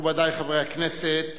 מכובדי חברי הכנסת,